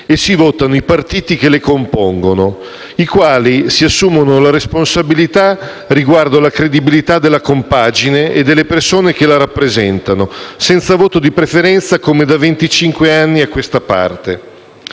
e si votano i partiti che le compongono, i quali si assumono la responsabilità riguardo alla credibilità della compagine e delle persone che la rappresentano, senza voto di preferenza, come da venticinque anni a questa parte.